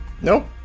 Nope